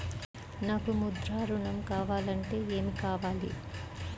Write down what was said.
నాకు ముద్ర ఋణం కావాలంటే ఏమి కావాలి?